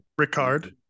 Ricard